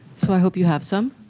so i hope you have some.